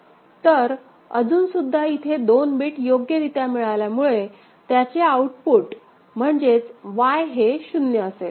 तर अजून सुद्धा इथे दोन बिट योग्यरीत्या मिळाल्यामुळे त्याचे आउटपुट म्हणजेच Y हे 0 असेल